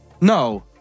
No